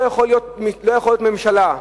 לא יכולה להיות ממשלה,